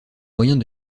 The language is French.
moyens